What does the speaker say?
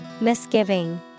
Misgiving